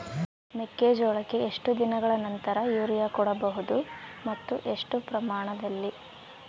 ಮೆಕ್ಕೆಜೋಳಕ್ಕೆ ಎಷ್ಟು ದಿನಗಳ ನಂತರ ಯೂರಿಯಾ ಕೊಡಬಹುದು ಮತ್ತು ಎಷ್ಟು ಪ್ರಮಾಣದಲ್ಲಿ?